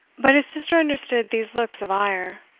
but his sister understood these looks of ire.